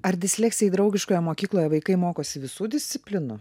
ar disleksijai draugiškoje mokykloje vaikai mokosi visų disciplinų